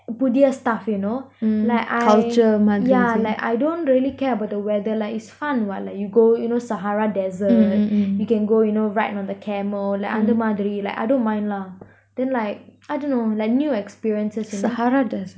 ex~ புதிய:puthiya stuff you know like I yeah like I don't really care about the weather like it's fun [what] like you go you know sahara desert you can go you know ride on the camel like அந்த மாதிரி:antha maathiri like I don't mind lah then like I don't know like new experiences you know